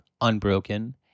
unbroken